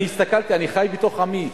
אני הסתכלתי, אני חי בתוך עמי.